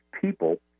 people